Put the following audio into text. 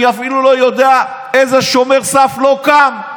אני אפילו לא יודע איזה שומר סף לא קם,